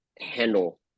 handle